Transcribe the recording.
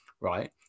right